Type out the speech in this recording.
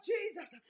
Jesus